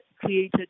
created